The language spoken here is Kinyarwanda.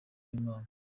w’imana